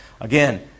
Again